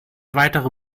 weitere